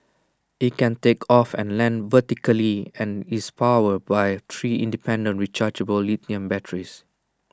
IT can take off and land vertically and is powered by three independent rechargeable lithium batteries